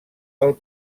del